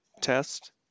test